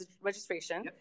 registration